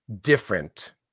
different